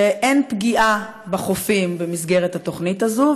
שאין פגיעה בחופים במסגרת התוכנית הזאת,